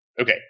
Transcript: Okay